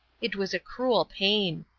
it was a cruel pain.